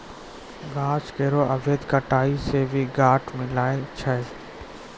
गाछ केरो अवैध कटाई सें भी काठ मिलय छै